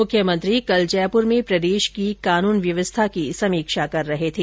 मुख्यमंत्री कल जयपुर में प्रदेश की कानुन व्यवस्था की समीक्षा कर रहे थे